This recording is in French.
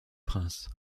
prince